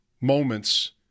Moments